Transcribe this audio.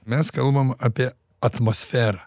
mes kalbam apie atmosferą